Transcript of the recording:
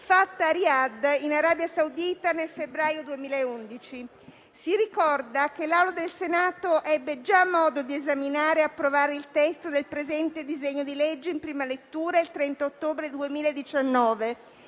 fatta a Riad, in Arabia Saudita, nel febbraio 2011. Si ricorda che l'Assemblea del Senato ebbe già modo di esaminare e approvare il testo del presente disegno di legge, in prima lettura, il 30 ottobre 2019.